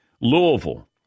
Louisville